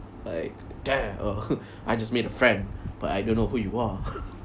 like dang I just made a friend but I don't know who you are